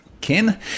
ken